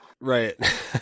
Right